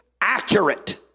accurate